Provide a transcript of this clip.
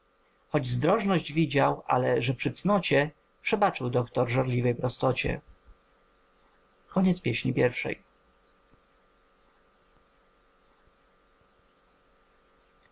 zdrożność widział ale że przy cnocie przebaczył doktor żarliwej prostocie